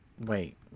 Wait